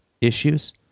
issues